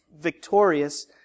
victorious